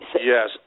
Yes